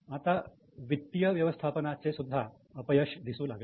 आता वित्तीय व्यवस्थापनाचे सुद्धा अपयश दिसू लागले